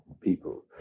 people